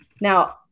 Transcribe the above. Now